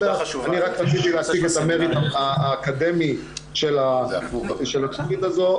אני רק רציתי להציג את ה- -- האקדמי של התכנית הזאת,